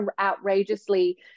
outrageously